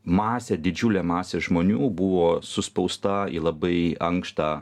masė didžiulė masė žmonių buvo suspausta į labai ankštą